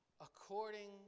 according